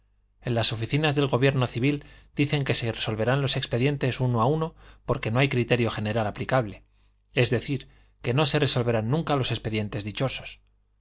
más en las oficinas del gobierno civil dicen que se resolverán los expedientes uno a uno porque no hay criterio general aplicable es decir que no se resolverán nunca los expedientes dichosos